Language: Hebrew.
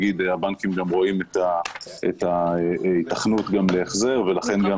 הבנקים רואים גם את ההיתכנות להחזר ולכן גם נותנים הלוואות.